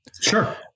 Sure